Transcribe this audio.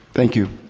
thank you